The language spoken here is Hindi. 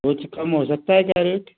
कुछ कम हो सकता है क्या रेट